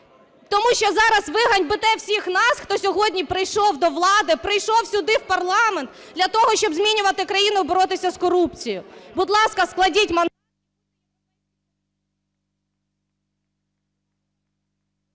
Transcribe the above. Тому що зараз ви ганьбите всіх нас, хто сьогодні прийшов до влади, прийшов сюди в парламент для того, щоб змінювати країну і боротися з корупцією. Будь ласка, складіть мандат.